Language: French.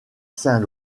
saint